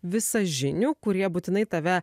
visažinių kurie būtinai tave